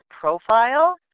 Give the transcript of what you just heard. profile